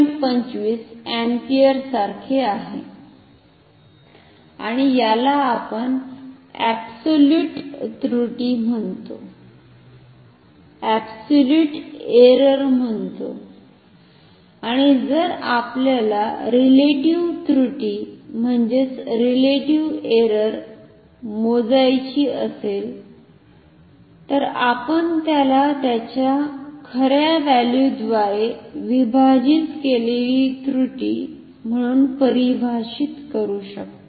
25 अॅम्पीयरसारखे आहे आणि याला आपण अब्सोल्युट त्रुटि म्हणतो आणि जर आपल्याला रिलेटिव्ह त्रुटि मोजायची असेल तर आपण त्याला त्याच्या खर्या व्हॅल्यूद्वारे विभाजित केलेली त्रुटि म्हणून परिभाषित करू शकतो